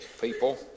people